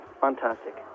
Fantastic